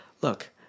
look